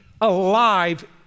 alive